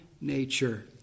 nature